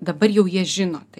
dabar jau jie žino tai